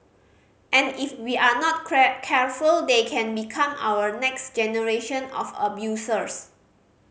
and if we are not careful they can become our next generation of abusers